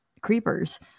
creepers